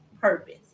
purpose